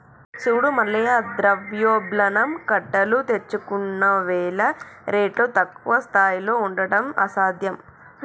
చూడు మల్లయ్య ద్రవ్యోల్బణం కట్టలు తెంచుకున్నవేల రేట్లు తక్కువ స్థాయిలో ఉండడం అసాధ్యం